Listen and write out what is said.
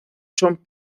son